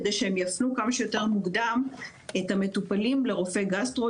כדי שהם יפנו כמה שיותר מוקדם את המטופלים לרופא גסטרו,